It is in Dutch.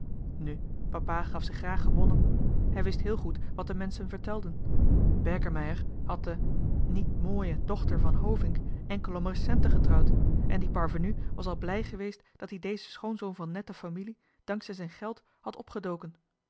nu papa gaf zich graag gewonnen hij wist heel goed wat de menschen vertelden berkemeier had de niet mooie dochter van hovink enkel om er centen getrouwd en die parvenu was al blij geweest dat-ie dezen schoonzoon van nette familie dank zij zijn geld had opgedoken